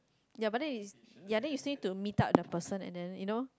ya but then is ya then you said to meet up the person and then you know